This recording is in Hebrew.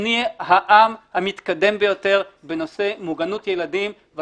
שנהיה העם המתקדם ביותר בנושא מוגנות ילדים.